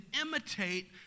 imitate